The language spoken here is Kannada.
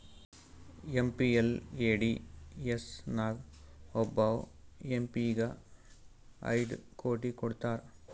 ಎಮ್.ಪಿ.ಎಲ್.ಎ.ಡಿ.ಎಸ್ ನಾಗ್ ಒಬ್ಬವ್ ಎಂ ಪಿ ಗ ಐಯ್ಡ್ ಕೋಟಿ ಕೊಡ್ತಾರ್